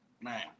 Man